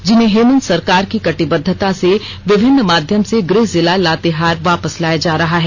जिन्हें हेमंत सरकार के कटिबद्धता से विभिन्न माध्यम से गृहजिला लातेहार वापस लाया जा रहा है